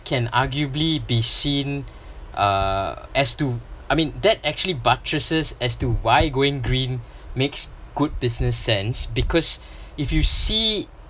can arguably be seen uh as to I mean that actually buttresses as to why going green makes good business sense because if you see